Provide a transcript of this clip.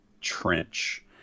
Trench